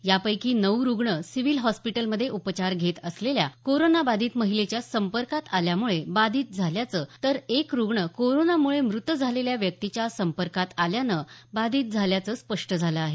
यापैकी नऊ रुग्ण सिव्हिल हॉस्पीटलमध्ये उपचार घेत असलेल्या कोरोना बाधित महिलेच्या संपर्कात आल्यामुळे बाधित झाल्याचं तर एक रुग्ण कोरोनामुळे मृत झालेल्या व्यक्तीच्या संपर्कात आल्यानं बाधित झाल्याचं स्पष्ट झालं आहे